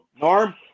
norm